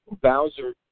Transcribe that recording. Bowser